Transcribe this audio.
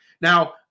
Now